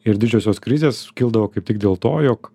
ir didžiosios krizės kildavo kaip tik dėl to jog